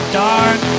dark